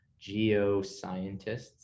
geoscientists